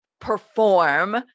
perform